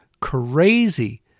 crazy